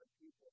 people